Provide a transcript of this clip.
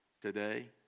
today